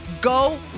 go